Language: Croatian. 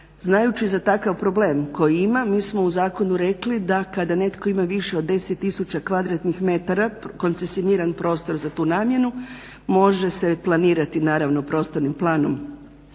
Znajući za takav problem koji ima, mi smo u zakonu rekli da kada netko ima više od 10 tisuća kvadratnih metara koncesioniran prostor za tu namjenu može se planirati naravno prostornim planom